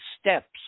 steps